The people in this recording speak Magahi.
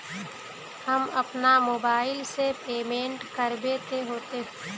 हम अपना मोबाईल से पेमेंट करबे ते होते?